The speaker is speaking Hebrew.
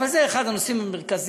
אבל זה אחד הנושאים המרכזיים.